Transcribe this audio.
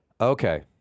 Okay